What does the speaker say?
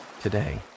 today